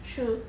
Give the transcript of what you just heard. true